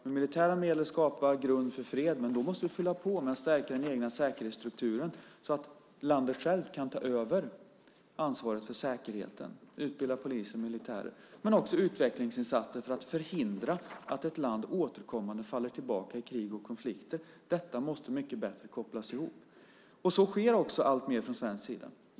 Med militära medel ska vi skapa en grund för fred, men då måste vi fylla på med att stärka den egna säkerhetsstrukturen så att landet självt kan ta över ansvaret för säkerheten, utbilda poliser och militärer. Det handlar också om utvecklingsinsatser för att förhindra att ett land återkommande faller tillbaka i krig och konflikter. Detta måste kopplas ihop mycket bättre. Och så sker också alltmer från svensk sida.